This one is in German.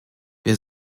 wir